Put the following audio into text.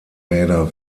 räder